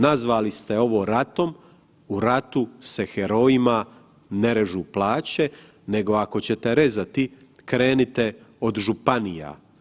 Nazvali ste ovo ratom, u ratu se herojima ne režu plaće, nego ako ćete rezati krenite od županija.